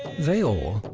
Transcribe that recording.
they all,